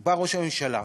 בא ראש הממשלה,